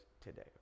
today